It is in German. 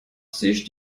sich